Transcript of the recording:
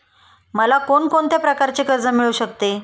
मला कोण कोणत्या प्रकारचे कर्ज मिळू शकते?